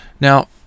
Now